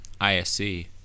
ISC